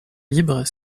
libre